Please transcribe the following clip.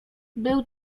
był